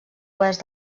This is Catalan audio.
oest